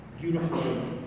beautiful